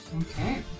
Okay